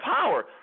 power